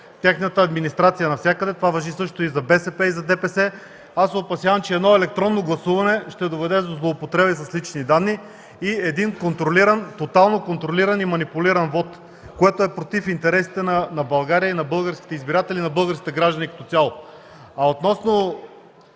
тяхната администрация е навсякъде – това важи също и за БСП, и за ДПС, аз се опасявам, че едно електронно гласуване ще доведе до злоупотреби с лични данни и един тотално контролиран и манипулиран вот, което е против интересите на България и на българските избиратели, на българските граждани като цяло. Относно